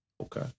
Okay